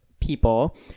people